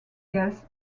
gas